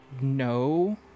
No